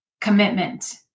Commitment